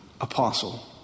apostle